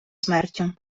смертю